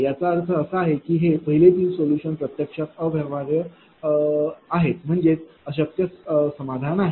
याचा अर्थ असा की हे पहिले तीन सोल्यूशन प्रत्यक्षात अव्यवहार्य समाधान म्हणजे अशक्य समाधान आहे